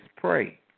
pray